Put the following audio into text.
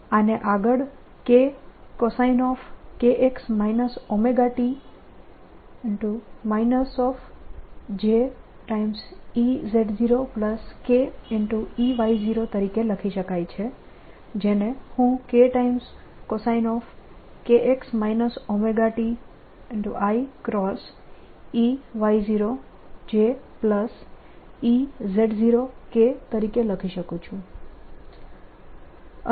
આને આગળ kcoskx ωt jEz0kEy0 તરીકે લખી શકાય છે જેને હું kcoskx ωt iEy0jEz0k તરીકે લખી શકું છું